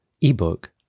ebook